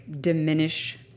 diminish